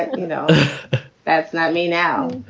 no that's not me now.